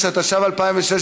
6), התשע"ו 2016,